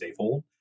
Safehold